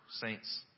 saints